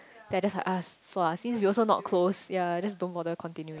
then I just like ask so ah since we also not close ya just don't bother continuing